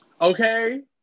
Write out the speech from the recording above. Okay